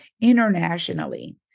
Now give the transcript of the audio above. internationally